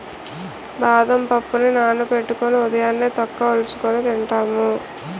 బాదం పప్పుని నానబెట్టుకొని ఉదయాన్నే తొక్క వలుచుకొని తింటాము